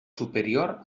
superior